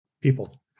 people